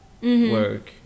work